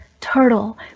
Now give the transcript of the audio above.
turtle